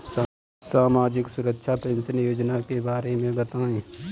सामाजिक सुरक्षा पेंशन योजना के बारे में बताएँ?